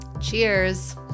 cheers